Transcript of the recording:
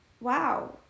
wow